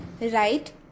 right